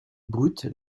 brutes